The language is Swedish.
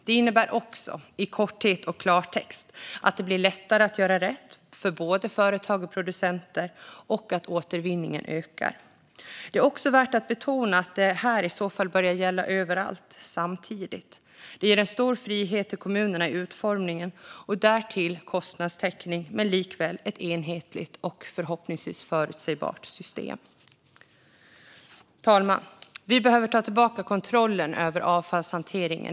Det innebär också, i korthet och klartext, att det blir lättare att göra rätt för både företag och producenter och att återvinningen ökar. Det är värt att betona att det här i så fall börjar gälla överallt samtidigt. Det ger stor frihet för kommunerna i utformningen och därtill kostnadstäckning men likväl ett enhetligt och förhoppningsvis förutsägbart system. Herr talman! Vi behöver ta tillbaka kontrollen över avfallshanteringen.